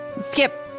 Skip